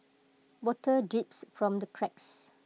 water drips from the cracks